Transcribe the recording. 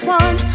one